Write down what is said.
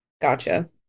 Gotcha